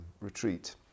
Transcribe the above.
retreat